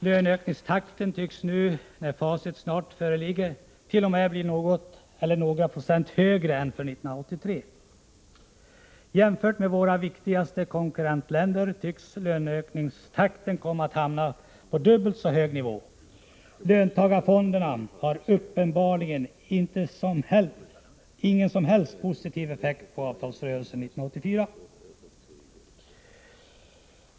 Löneökningstakten tycks nu när facit snart föreligger t.o.m. bli någon eller några procent högre än för 1983. Jämfört med våra viktigaste konkurrentländer tycks löneökningstakten komma att hamna på dubbelt så hög nivå. Löntagarfonderna hade uppenbarligen ingen som helst positiv effekt på avtalsrörelsen 1984.